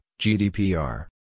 GDPR